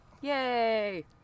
Yay